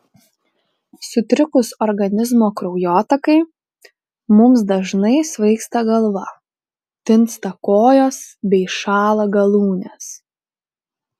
sutrikus organizmo kraujotakai mums dažnai svaigsta galva tinsta kojos bei šąla galūnės